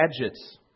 gadgets